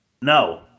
No